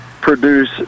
produce